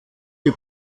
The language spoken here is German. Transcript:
die